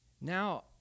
Now